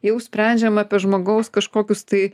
jau sprendžiama apie žmogaus kažkokius tai